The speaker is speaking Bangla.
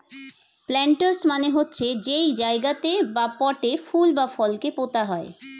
প্লান্টার্স মানে হচ্ছে যেই জায়গাতে বা পটে ফুল বা ফল কে পোতা হয়